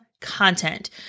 content